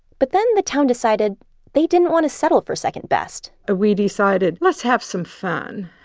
but then the town decided they didn't want to settle for second best ah we decided, let's have some fun.